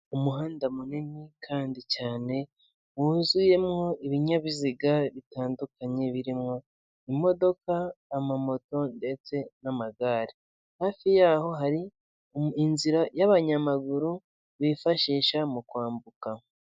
Umuhanda munini kandi cyane wuzuyemo ibinyabiziga bitandukanye birimo imodoka, amamoto ndetse n'amagare, hafi yaho hari inzira y'abanyamaguru bifashisha mu kwambuka.